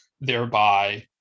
thereby